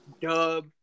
dub